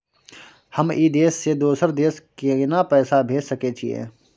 हम ई देश से दोसर देश केना पैसा भेज सके छिए?